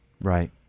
Right